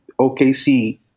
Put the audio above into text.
OKC